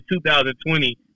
2020